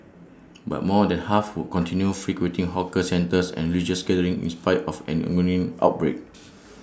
but more than half would continue frequenting hawker centres and religious gatherings in spite of an ongoing outbreak